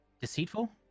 deceitful